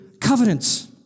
covenants